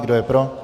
Kdo je pro?